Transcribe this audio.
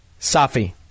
Safi